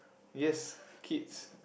yes kids